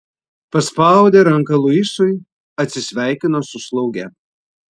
paspaudė ranką luisui atsisveikino su slauge